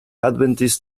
adventist